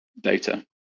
data